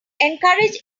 encourage